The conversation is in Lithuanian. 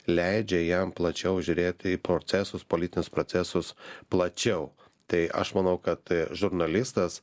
leidžia jam plačiau žiūrėti į procesus politinius procesus plačiau tai aš manau kad žurnalistas